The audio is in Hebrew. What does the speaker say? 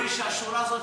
לא יודעים שהשורה הזאת,